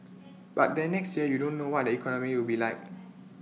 but then next year you don't know what the economy will be like